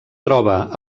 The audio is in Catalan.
troba